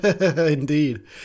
indeed